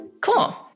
Cool